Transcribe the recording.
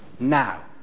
Now